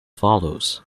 follows